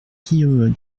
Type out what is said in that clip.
guillaume